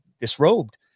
disrobed